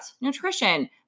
nutrition